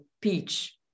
peach